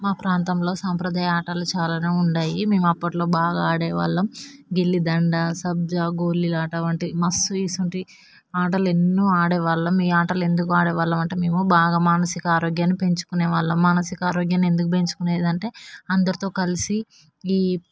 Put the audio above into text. మా ప్రాంతంలో సాంప్రదాయ ఆటలు చాలా ఉన్నాయి మేము అప్పట్లో బాగా ఆడేవాళ్ళం గిల్లిదండ సబ్జా గోళీలాట వంటివి మస్తు ఇటువంటి ఆటలు ఎన్నో ఆడేవాళ్ళం ఈ ఆటలు ఎందుకు ఆడేవాళ్ళం అంటే మేము బాగా మానసిక ఆరోగ్యాన్ని పెంచుకునేవాళ్ళం మానసిక ఆరోగ్యాన్ని ఎందుకు పెంచుకునేది అంటే అందరితో కలిసి ఈ